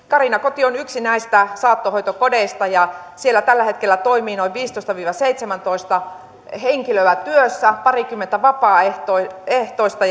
karinakoti on yksi näistä saattohoitokodeista ja siellä tällä hetkellä toimii noin viisitoista viiva seitsemäntoista henkilöä työssä parikymmentä vapaaehtoista vapaaehtoista